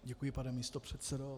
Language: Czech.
Děkuji, pane místopředsedo.